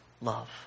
love